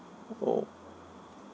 uh orh